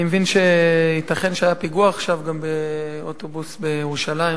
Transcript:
אני מבין שייתכן שהיה פיגוע עכשיו באוטובוס בירושלים.